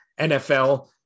NFL